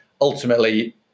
ultimately